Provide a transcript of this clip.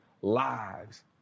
lives